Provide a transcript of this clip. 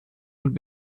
und